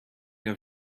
her